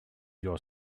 your